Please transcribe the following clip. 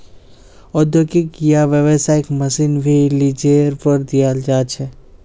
औद्योगिक या व्यावसायिक मशीन भी लीजेर पर दियाल जा छे